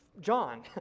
John